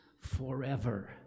forever